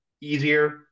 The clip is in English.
easier